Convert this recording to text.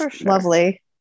lovely